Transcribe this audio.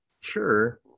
sure